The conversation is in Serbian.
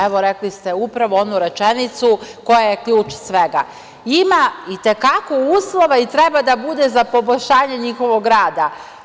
Evo, rekli ste upravo onu rečenicu koja je ključ svega – ima i te kako uslova i treba da bude za poboljšanje njihovog rada.